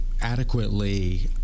adequately